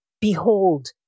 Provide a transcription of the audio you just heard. Behold